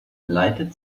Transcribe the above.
lighted